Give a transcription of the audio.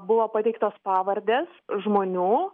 buvo pateiktos pavardės žmonių